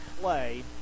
play